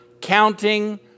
counting